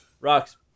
rocks